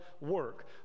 work